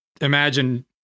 imagine